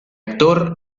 actor